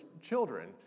children